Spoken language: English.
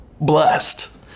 blessed